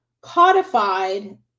codified